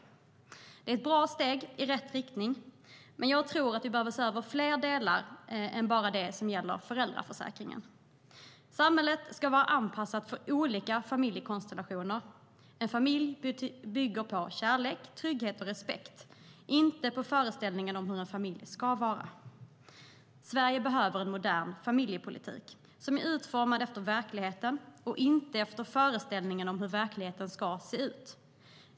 Det är ett bra steg i rätt riktning, men jag tror att vi behöver se över fler delar än bara dem som gäller föräldraförsäkringen. Samhället ska vara anpassat för olika familjekonstellationer. En familj bygger på kärlek, trygghet och respekt, inte på föreställningar om hur en familj ska vara. Sverige behöver en modern familjepolitik som är utformad efter verkligheten och inte efter föreställningen om hur verkligheten ska se ut.